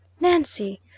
Nancy